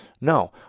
No